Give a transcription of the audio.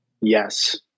Yes